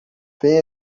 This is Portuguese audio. venha